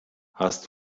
hast